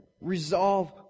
resolve